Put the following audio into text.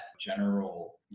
general